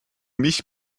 mich